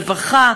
הרווחה.